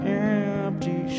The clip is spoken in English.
empty